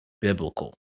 biblical